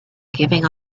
giving